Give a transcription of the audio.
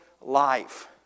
life